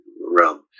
realm